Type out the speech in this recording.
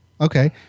Okay